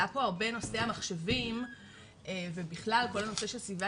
עלה פה הרבה נושא המחשבים ובכלל כל הנושא של סביבה